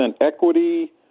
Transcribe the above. equity